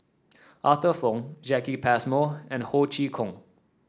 Arthur Fong Jacki Passmore and Ho Chee Kong